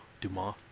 Dumas